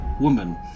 woman